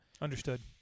Understood